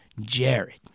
Jared